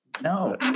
No